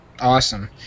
Awesome